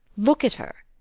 look at her!